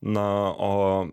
na o